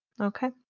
Okay